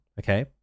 Okay